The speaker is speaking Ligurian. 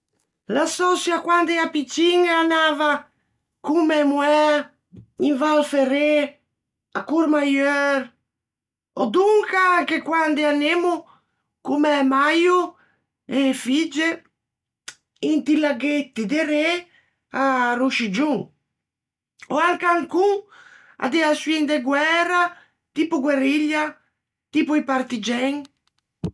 L'assòçio à quande ea piccin e anava con mæ moæ in Val Ferret à Courmayeur, ò donca anche quande anemmo con mæ maio e e figge inti laghetti derê à Rosciggion, ò anche ancon à de açioin de guæra, tipo guerrilla, tipo i partigen.